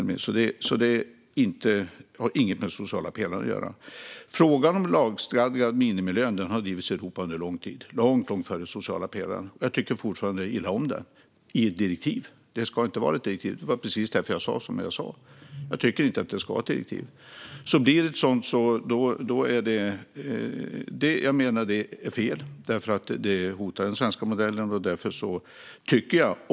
Frågan om lagstadgad minimilön har inget med den sociala pelaren att göra. Den har drivits i Europa under lång tid, långt innan den sociala pelaren kom till, och jag tycker fortfarande illa om idén om ett direktiv om detta. Det ska inte vara något direktiv om detta. Det var precis därför jag sa som jag gjorde. Jag tycker inte att det ska vara något direktiv. Blir det ett sådant menar jag att det är fel. Det hotar den svenska modellen.